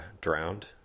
drowned